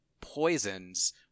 poisons